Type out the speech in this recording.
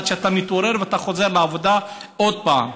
ועד שאתה מתעורר אתה חוזר לעבודה עוד פעם.